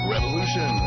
Revolution